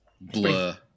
blur